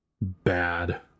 bad